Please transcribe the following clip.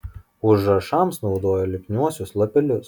užrašams naudojo lipniuosius lapelius